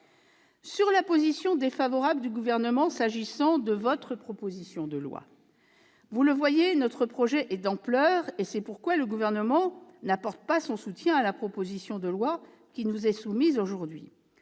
à la position défavorable du Gouvernement sur la proposition de loi. Vous le voyez, notre projet est d'ampleur et c'est pourquoi le Gouvernement n'apporte pas son soutien à la proposition de loi qui nous est soumise aujourd'hui.